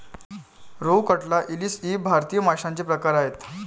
रोहू, कटला, इलीस इ भारतीय माशांचे प्रकार आहेत